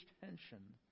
tension